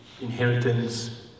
inheritance